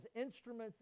instruments